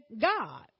God